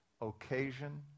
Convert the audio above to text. occasion